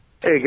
Hey